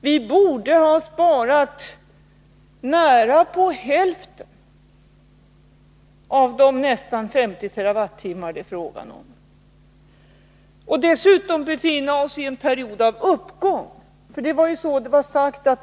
Vi borde ha sparat inemot hälften av de nästan 50 TWh det är fråga om. Dessutom borde vi befinna oss i en period av uppgång. Det var så det var sagt.